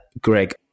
Greg